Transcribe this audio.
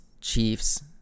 Chiefs